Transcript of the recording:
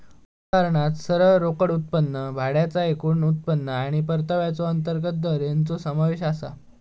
उदाहरणात सरळ रोकड उत्पन्न, भाड्याचा एकूण उत्पन्न आणि परताव्याचो अंतर्गत दर हेंचो समावेश आसा